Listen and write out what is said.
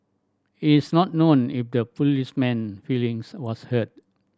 it is not known if the policeman feelings was hurt